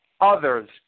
others